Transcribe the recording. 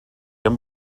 amb